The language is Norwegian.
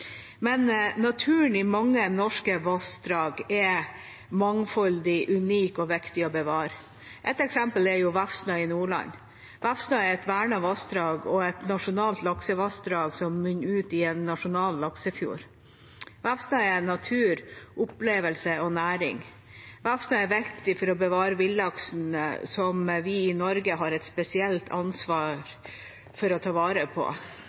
Naturen i mange norske vassdrag er mangfoldig, unik og viktig å bevare. Et eksempel er Vefsna i Nordland. Vefsna er et vernet vassdrag og et nasjonalt laksevassdrag som munner ut i en nasjonal laksefjord. Vefsna er natur, opplevelse og næring. Vefsna er viktig for å bevare villaksen som vi i Norge har et spesielt ansvar for å ta vare på.